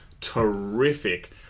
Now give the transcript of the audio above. terrific